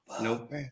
Nope